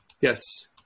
Yes